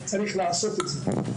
צריך לעשות את זה.